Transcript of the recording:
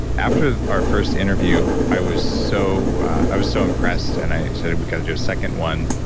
after our first interview, i was so i was so impressed and i said, we got to do a second one.